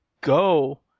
go